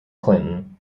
clinton